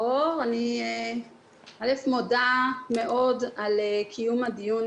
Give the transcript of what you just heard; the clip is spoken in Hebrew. הוא אמר: תקשיבו,